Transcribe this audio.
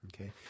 Okay